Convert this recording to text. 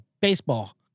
baseball